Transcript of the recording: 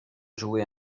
joué